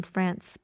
France